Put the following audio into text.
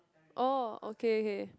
orh ok ok